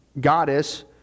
goddess